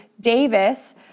Davis